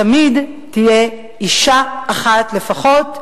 תמיד תהיה אשה אחת לפחות,